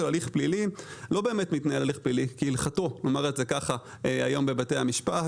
הליך פלילי לא באמת מתנהל הליך פלילי כהלכתו היום בבתי המשפט.